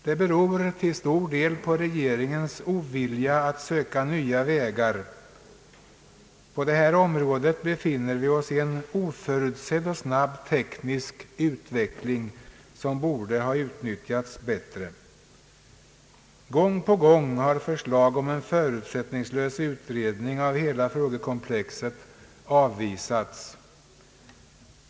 Det beror till stor del på regeringens ovilja att söka nya vägar. På detta område befinner vi oss i en oförutsedd och snabb teknisk utveckling som borde ha utnyttjats bättre. Gång på gång har förslag om en förutsättningslös utredning av hela frågekomplexet avvisats.